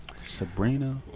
Sabrina